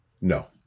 No